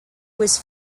was